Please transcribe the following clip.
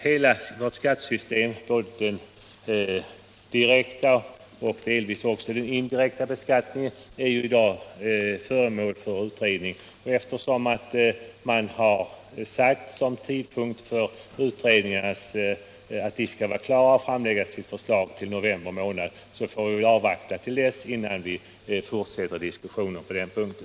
Hela vårt skattesystem — den direkta och delvis den indirekta beskattningen — är i dag föremål för utredning. Eftersom man sagt att utredningarna skall vara klara och framlägga sina förslag under november månad får vi avvakta till dess innan vi fortsätter diskussionen på den punkten.